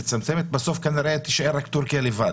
בסוף כנראה תישאר רק טורקיה לבד